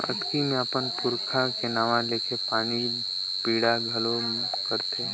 अक्ती मे अपन पूरखा के नांव लेके पानी पिंडा घलो करथे